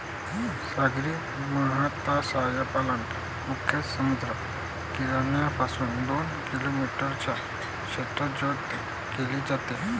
सागरी मत्स्यपालन मुख्यतः समुद्र किनाऱ्यापासून दोन किलोमीटरच्या त्रिज्येत केले जाते